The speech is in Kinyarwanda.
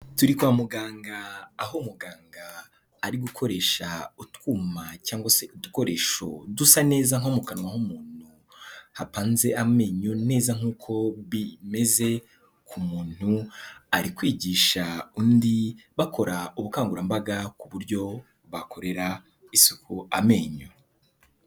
Turi kwa muganga aho muganga ari gukoresha utwuma cyangwa se udukoresho dusa neza nko mu kanwa h'umuntu hapanze amenyo neza nk'uko bimeze ku muntu, ari kwigisha undi bakora ubukangurambaga ku buryo bakorera isuku amenyo.